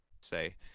say